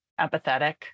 empathetic